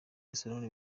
barcelona